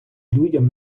людям